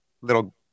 little